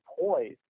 poised